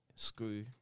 screw